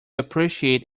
appreciate